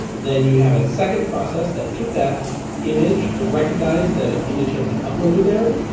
then you'd have a second process that took that image and recognized that an image had been uploaded there,